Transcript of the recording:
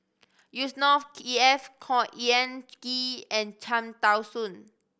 Yusnor Ef Khor Ean Ghee and Cham Tao Soon